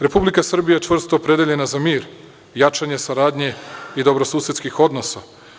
Republika Srbija je čvrsto opredeljena za mir, jačanje saradnje, poverenja i dobrosusedskih odnosa.